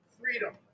freedom